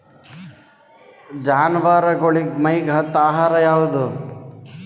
ಜಾನವಾರಗೊಳಿಗಿ ಮೈಗ್ ಹತ್ತ ಆಹಾರ ಯಾವುದು?